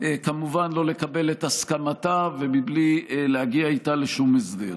וכמובן בלי לקבל את הסכמתה ובלי להגיע איתה לשום הסדר.